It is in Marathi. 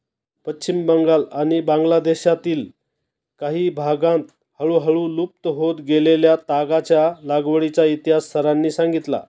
पश्चिम बंगाल आणि बांगलादेशातील काही भागांत हळूहळू लुप्त होत गेलेल्या तागाच्या लागवडीचा इतिहास सरांनी सांगितला